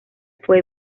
fue